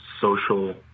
social